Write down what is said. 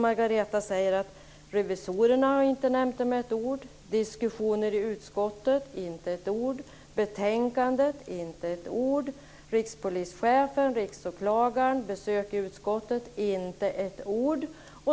Margareta säger att revisorerna inte har nämnt det med ett ord. Diskussioner i utskottet - inte ett ord. Betänkandet - inte ett ord. Rikspolischefen, Riksåklagaren, besök i utskottet - inte ett ord.